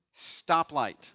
stoplight